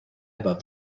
above